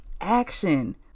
action